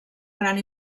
gran